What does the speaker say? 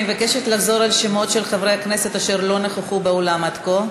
אני מבקשת לחזור על השמות של חברי הכנסת אשר לא נכחו באולם עד כה.